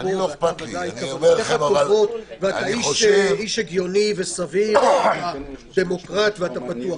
אתה איש הגיוני וסביר ודמוקרט ופתוח.